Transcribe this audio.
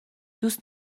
دوست